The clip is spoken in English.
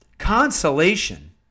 consolation